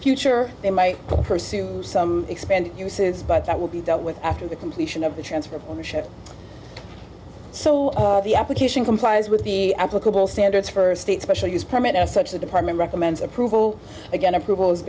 future they might pursue some expanded uses but that will be dealt with after the completion of the transfer of ownership so the application complies with the applicable standards for state special use permit as such the department recommends approval again approval is